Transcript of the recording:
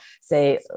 say